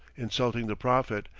insulting the prophet,